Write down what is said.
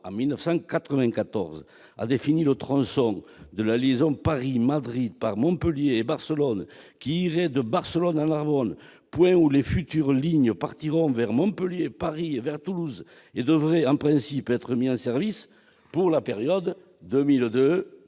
en 1994, a défini le tronçon de la liaison Paris-Madrid par Montpellier et Barcelone, qui irait de Barcelone à Narbonne, point d'où les futures lignes se dirigeraient vers Montpellier, Paris et Toulouse. Ce tronçon devait, en principe, être mis en service au cours de la période 2002-2005.